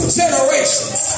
generations